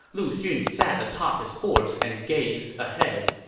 lu xun sat atop his horse and gazed ahead.